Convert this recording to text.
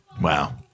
Wow